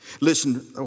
Listen